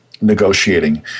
negotiating